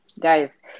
guys